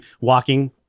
walking